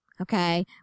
Okay